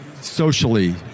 socially